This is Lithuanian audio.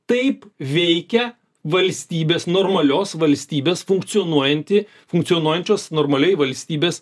taip veikia valstybės normalios valstybės funkcionuojanti funkcionuojančios normaliai valstybės